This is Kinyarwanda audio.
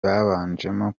babanjemo